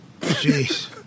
Jeez